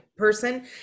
person